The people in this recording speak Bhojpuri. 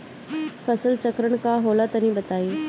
फसल चक्रण का होला तनि बताई?